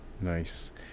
Nice